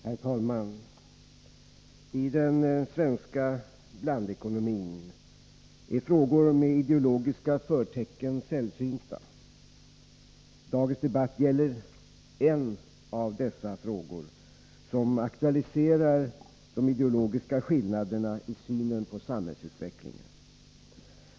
Herr talman! I den svenska blandekonomin är frågor med ideologiska förtecken sällsynta. Dagens debatt gäller en av dessa frågor som aktualiserar de ideologiska skillnaderna i synen på samhällsutvecklingen.